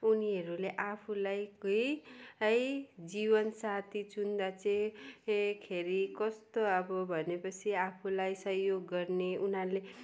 उनीहरूले आफूलाई केही है जीवन साथी चुन्दा चाहिँ खेरि कस्तो अबो भनेपछि आफूलाई सहयोग गर्ने उनीहरूले